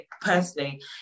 personally